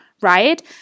right